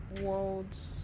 worlds